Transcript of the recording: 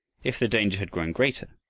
if the danger had grown greater,